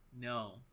No